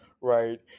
right